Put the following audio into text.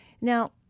Now